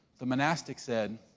the monastic said,